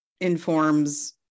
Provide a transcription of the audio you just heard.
informs